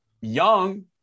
young